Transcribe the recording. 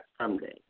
someday